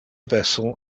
vessel